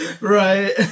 Right